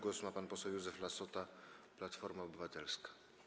Głos ma pan poseł Józef Lassota, Platforma Obywatelska.